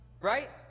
Right